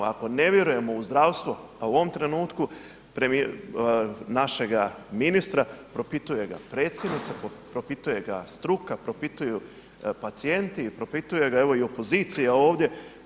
Ako ne vjerujemo u zdravstvo a u ovom trenutku našega ministra propituje ga predsjednica, propituje ga struka, propituju pacijenti i propituje ga evo i opozicija ovdje.